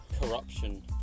corruption